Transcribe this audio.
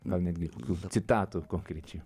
gal netgi citatų konkrečių